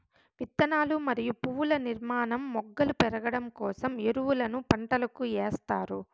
విత్తనాలు మరియు పువ్వుల నిర్మాణం, మొగ్గలు పెరగడం కోసం ఎరువులను పంటలకు ఎస్తారు